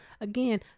again